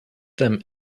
them